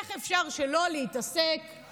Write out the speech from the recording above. איך אפשר שלא להתעסק עם